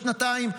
בשנתיים,